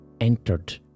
entered